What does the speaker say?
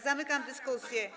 Zamykam dyskusję.